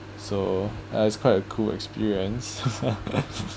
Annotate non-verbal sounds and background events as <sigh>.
so uh it's quite a cool experience <laughs> <breath>